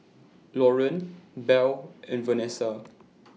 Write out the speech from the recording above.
Laureen Bell and Vanesa